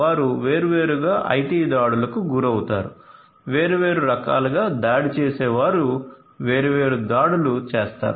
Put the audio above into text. వారు వేర్వేరుగా ఐటి దాడులకు గురవుతారు వేర్వేరు రకాలుగా దాడి చేసేవారు వేర్వేరు దాడులు చేస్తారు